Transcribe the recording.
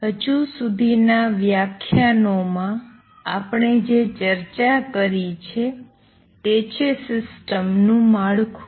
હજુ સુધીના વ્યાખ્યાનોમાં આપણે જે ચર્ચા કરી છે તે છે સિસ્ટમ નું માળખું